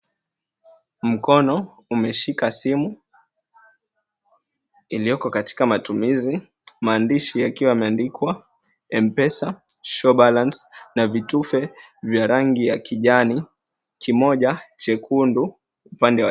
Mkono umeshika simu iliyoko katika matumizi, maandishi yakiwa yameandikwa, Mpesa show balance, na vitufe vya rangi ya kijani, kimoja chekundu upande...